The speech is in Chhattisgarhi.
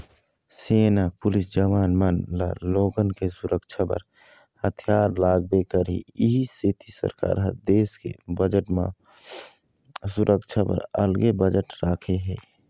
सेना, पुलिस जवान मन ल लोगन के सुरक्छा बर हथियार लागबे करही इहीं सेती सरकार ह देस के बजट म सुरक्छा बर अलगे बजट राखे हे